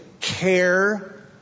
care